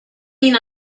mean